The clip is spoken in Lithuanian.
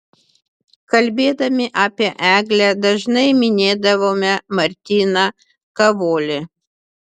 kalbėdami apie eglę dažnai minėdavome martyną kavolį